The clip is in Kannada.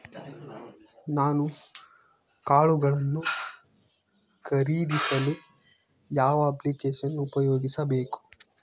ನಾನು ಕಾಳುಗಳನ್ನು ಖರೇದಿಸಲು ಯಾವ ಅಪ್ಲಿಕೇಶನ್ ಉಪಯೋಗಿಸಬೇಕು?